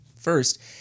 First